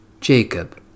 Jacob